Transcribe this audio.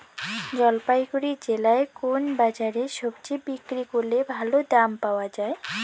জলপাইগুড়ি জেলায় কোন বাজারে সবজি বিক্রি করলে ভালো দাম পাওয়া যায়?